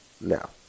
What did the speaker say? now